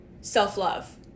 self-love